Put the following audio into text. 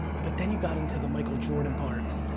but then you got into the michael jordan part.